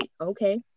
okay